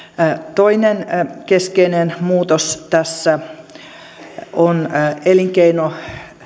toinen keskeinen muutos tässä on elinkeino